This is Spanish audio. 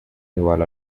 igual